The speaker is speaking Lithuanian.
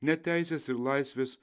ne teisės ir laisvės